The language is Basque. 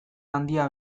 handia